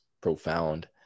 profound